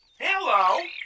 Hello